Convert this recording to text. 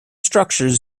structures